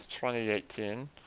2018